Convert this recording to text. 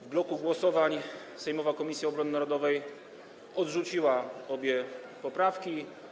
W bloku głosowań sejmowa Komisja Obrony Narodowej odrzuciła obie poprawki.